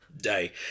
day